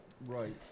Right